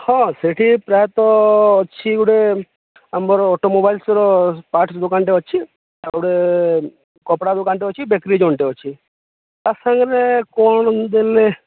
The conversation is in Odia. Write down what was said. ହଁ ସେଠି ପ୍ରାୟତଃ ଅଛି ଗୋଟେ ଆମର ଅଟୋମୋବାଇଲ୍ସର ପାଟ୍ସ ଦୋକାନଟେ ଅଛି ଆଉ ଗୁଟେ କପଡ଼ା ଦୋକାନଟେ ଅଛି ବେଟେରୀ ଟେ ଅଛି ତା ସାଙ୍ଗରେ କ'ଣ ଦେଲେ